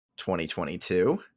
2022